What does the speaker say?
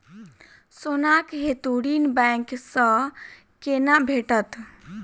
सोनाक हेतु ऋण बैंक सँ केना भेटत?